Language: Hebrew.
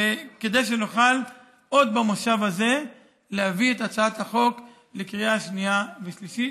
כדי שנוכל עוד במושב הזה להביא את הצעת החוק לקריאה שנייה ושלישית.